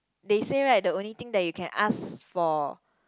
they say right the only thing that you can ask for